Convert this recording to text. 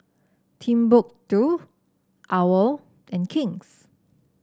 Timbuk two OWL and King's